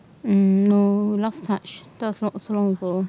um no last touch that was long so long ago